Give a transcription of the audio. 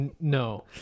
No